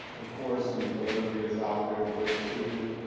the course and delivery is out there the way it should be.